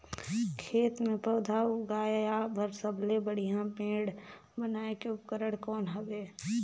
खेत मे पौधा उगाया बर सबले बढ़िया मेड़ बनाय के उपकरण कौन हवे?